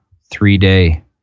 three-day